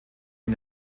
mit